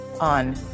on